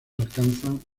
alcanzan